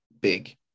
big